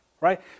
right